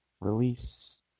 Release